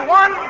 one